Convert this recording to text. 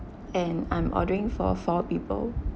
and I'm ordering for four people